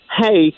hey